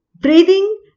breathing